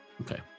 Okay